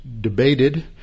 debated